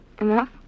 Enough